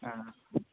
ആ